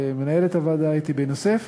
ולמנהלת הוועדה אתי בן-יוסף.